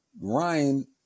Ryan